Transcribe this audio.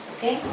Okay